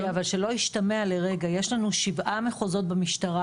שלא ישתמע לרגע, יש לנו שבעה מחוזות במשטרה.